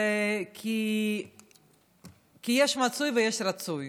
כי יש רצוי ויש מצוי.